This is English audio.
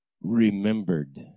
Remembered